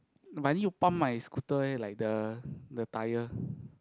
but I need to pump my scooter eh like the the tyre